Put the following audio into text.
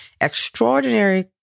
Extraordinary